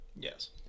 Yes